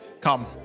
Come